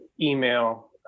email